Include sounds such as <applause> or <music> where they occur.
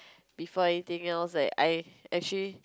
<breath> before anything else like I actually